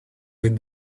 with